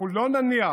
אנחנו לא נניח